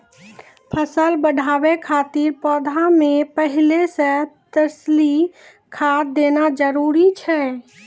फसल बढ़ाबै खातिर पौधा मे पहिले से तरली खाद देना जरूरी छै?